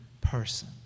person